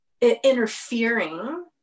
interfering